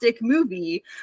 movie